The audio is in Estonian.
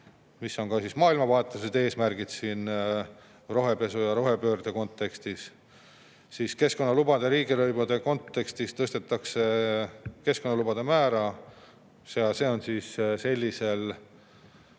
siin on ka maailmavaatelised eesmärgid rohepesu ja rohepöörde kontekstis. Siis keskkonnalubade riigilõivude kontekstis tõstetakse keskkonnalubade määra. See [põhineb] sellisel